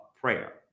prayer